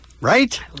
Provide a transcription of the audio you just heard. Right